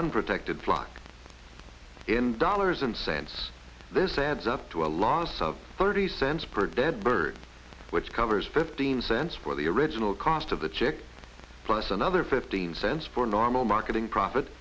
unprotected slot in dollars and cents this adds up to a loss of thirty cents per dead bird which covers fifteen cents for the original cost of the chick plus another fifteen cents for normal marketing profit